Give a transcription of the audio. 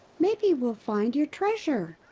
maybe we'll find your treasure.